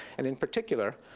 and in particular,